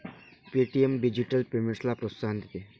Paytm digital पेमेंट्सला प्रोत्साहन देते